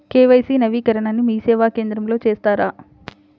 KYC నవీకరణని మీసేవా కేంద్రం లో చేస్తారా?